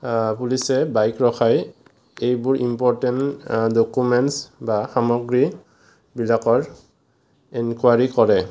পুলিছে বাইক ৰখাই এইবোৰ ইম্পৰ্টেণ্ট ডকুমেণ্টেচ বা সামগ্ৰীবিলাকৰ ইনকোৱাৰি কৰে